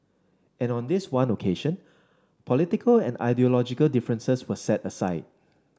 and on this one occasion political and ideological differences were set aside